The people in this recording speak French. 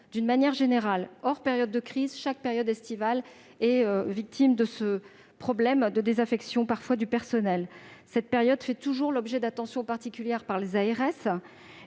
D'une manière générale, hors période de crise, chaque épisode estival souffre de ce problème de désaffection du personnel. Cette période fait toujours l'objet d'attentions particulières de la part